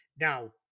Now